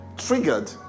Triggered